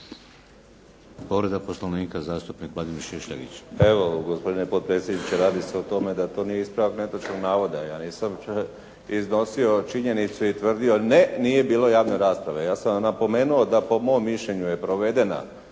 Povreda Poslovnika zastupnik Vladimir Šišljagić.